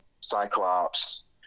Cyclops